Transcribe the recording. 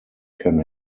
can